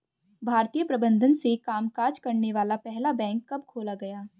भारतीय प्रबंधन से कामकाज करने वाला पहला बैंक कब खोला गया?